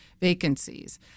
vacancies